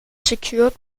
secured